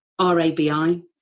RABI